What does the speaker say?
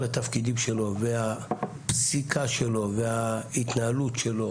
התפקידים שלו והפסיקה שלו וההתנהלות שלו.